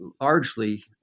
largely